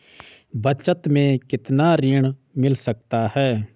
बचत मैं कितना ऋण मिल सकता है?